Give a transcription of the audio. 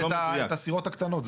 את הסירות הקטנות.